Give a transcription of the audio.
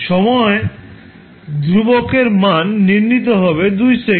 সময় ধ্রুবকের মান নির্ণীত হবে 2 সেকেন্ড